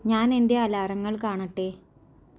ഞാൻ എൻ്റെ അലാറങ്ങൾ കാണട്ടെ